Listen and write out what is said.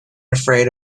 afraid